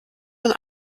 man